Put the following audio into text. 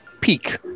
peak